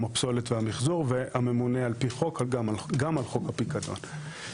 הפסולת והמחזור והממונה על פי חוק גם על חוק הפיקדון.